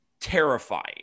terrifying